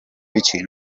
vicino